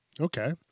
okay